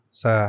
sa